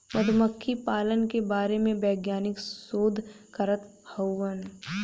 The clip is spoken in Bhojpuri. मधुमक्खी पालन के बारे में वैज्ञानिक शोध करत हउवन